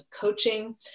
coaching